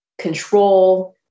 control